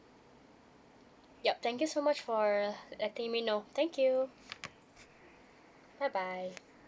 yup thank you so much for letting me know thank you bye bye